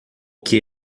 que